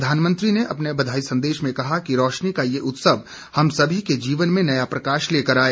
प्रधानमंत्री ने अपने बधाई संदेश में कहा कि रोशनी का ये उत्सव हम सभी के जीवन में नया प्रकाश लेकर आऐ